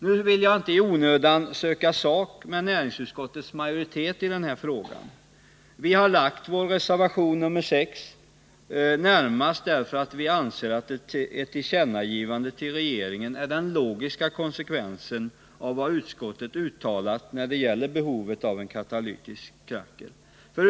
Jag vill inte i onödan söka sak med näringsutskottets majoritet i denna fråga. Vi har lagt fram vår reservation nr 6 närmast därför att vi anser att ett tillkännagivande till regeringen är den logiska konsekvensen av vad utskottet uttalar om behovet av en katalytisk kracker.